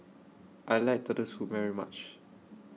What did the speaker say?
I like Turtle Soup very much